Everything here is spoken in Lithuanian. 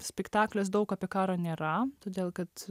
spektaklis daug apie karą nėra todėl kad